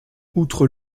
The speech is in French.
outre